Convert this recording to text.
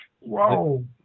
whoa